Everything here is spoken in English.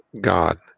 god